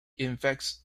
infects